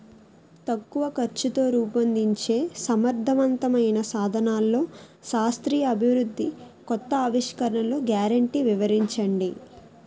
తక్కువ ఖర్చుతో రూపొందించే సమర్థవంతమైన సాధనాల్లో శాస్త్రీయ అభివృద్ధి కొత్త ఆవిష్కరణలు గ్యారంటీ వివరించండి?